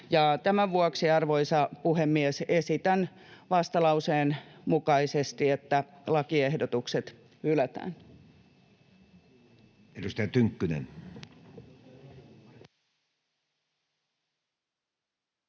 Tämän vuoksi, arvoisa puhemies, esitän vastalauseen mukaisesti, että lakiehdotukset hylätään.